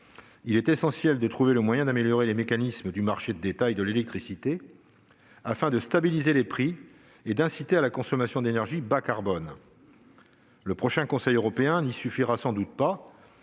Il est essentiel de trouver le moyen d'améliorer les mécanismes du marché de détail de l'électricité, afin de stabiliser les prix et d'inciter à la consommation d'énergie bas-carbone. Cette réunion n'y suffira sans doute pas,